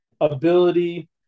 ability